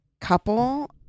couple